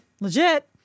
legit